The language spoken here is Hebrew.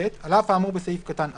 (ב)על אף האמור בסעיף קטן (א),